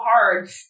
hard